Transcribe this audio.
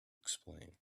explain